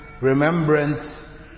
remembrance